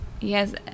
Yes